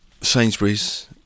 Sainsbury's